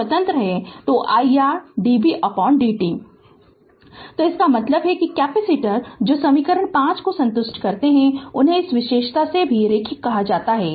Refer Slide Time 0917 तो इसका मतलब है कि कैपेसिटर जो समीकरण 5 को संतुष्ट करते हैं उन्हें इस विशेषता से भी रैखिक कहा जाता है